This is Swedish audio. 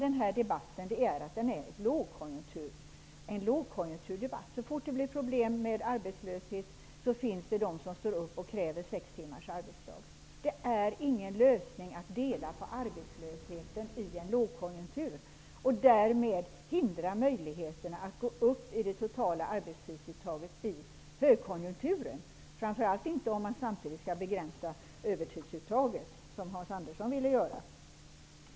Denna debatt är en typisk lågkonjunkturdebatt. Så fort det blir problem med arbetslöshet finns det de som står upp och kräver sex timmars arbetsdag. Det är ingen lösning att dela på arbetslösheten i en lågkonjunktur och därmed hindra möjligheterna att gå upp i det totala arbetstidsuttaget i en högkonjunktur, framför allt inte om man samtidigt skall begränsa övertidsuttaget, som Hans Andersson vill göra.